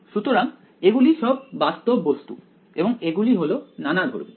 সুতরাং এগুলো সব বাস্তব বস্তু এবং এগুলো হলো নানাধর্মী